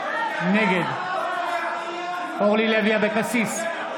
נגד אורלי לוי אבקסיס,